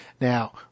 Now